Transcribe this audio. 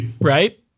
right